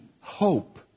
Hope